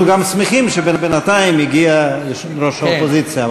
אנחנו גם שמחים שבינתיים הגיע יושב-ראש האופוזיציה,